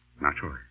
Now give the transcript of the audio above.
Naturally